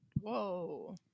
Whoa